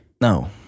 No